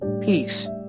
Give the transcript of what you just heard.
peace